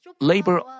labor